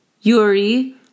Yuri